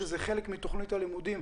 שזה חלק מתוכנית הלימודים,